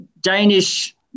Danish